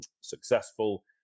successful